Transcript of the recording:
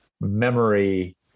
memory